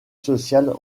sociales